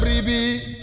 Baby